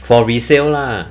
for resale lah